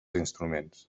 instruments